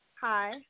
Hi